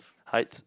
heights